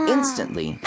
Instantly